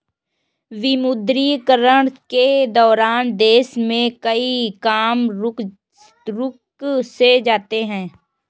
विमुद्रीकरण के दौरान देश में कई काम रुक से जाते हैं